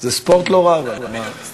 אני לא מבין את זה.